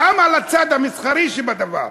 גם לצד המסחרי שבדבר.